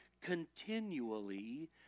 continually